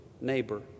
neighbor